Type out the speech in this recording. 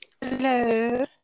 Hello